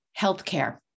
healthcare